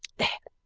there!